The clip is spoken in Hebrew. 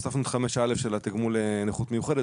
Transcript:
הוספנו את 5א של תגמול נכות מיוחדת,